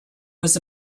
was